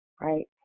right